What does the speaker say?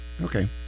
Okay